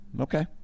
okay